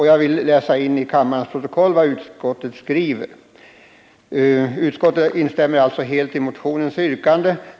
Jag vill läsa in i kammarens protokoll vad utskottet skriver: ”Utskottet kan helt instämma i detta yrkande.